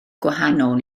gwahanol